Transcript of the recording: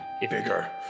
Bigger